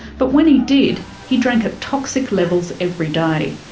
but when he did, he drank at toxic levels every day.